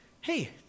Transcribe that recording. hey